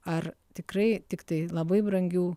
ar tikrai tiktai labai brangių